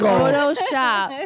Photoshop